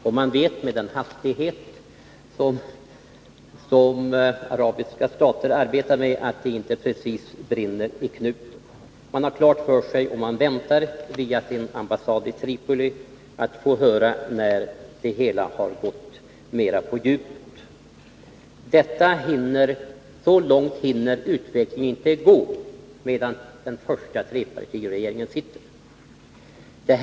Med tanke på den hastighet som arabiska stater arbetar med vet man att det inte precis brinner i knuten. Man väntar att via sin ambassad i Tripoli få höra när det hela gått mera på djupet. Så långt hinner utvecklingen inte gå medan den första trepartiregeringen sitter kvar.